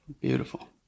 Beautiful